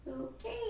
Okay